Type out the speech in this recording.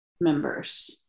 members